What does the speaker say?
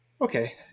Okay